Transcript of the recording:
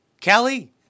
Kelly